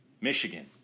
Michigan